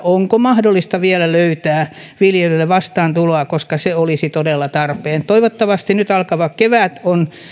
onko mahdollista vielä löytää viljelijöille vastaantuloa koska se olisi todella tarpeen toivottavasti nyt alkava kevät on